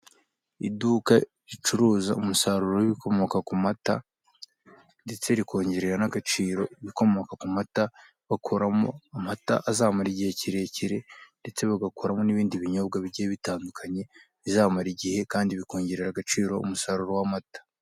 Iduka ricuruza umusaruro w'ibikomoka ku mata, ndetse rikongerera n'agaciro ibikomoka ku mata bakoramo amata azamara igihe kirekire, ndetse bagakoramo n'ibindi binyobwa bigiye bitandukanye, bizamara igihe kandi bikongerera agaciro umusaruro w'amata.